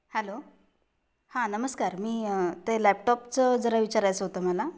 hello हां नमस्कार मी ते लॅपटॉपचं जरा विचारायचं होतं मला